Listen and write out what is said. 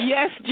Yes